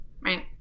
right